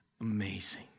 Amazing